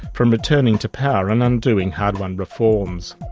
from returning to power and undoing hard-won reforms.